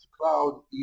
cloud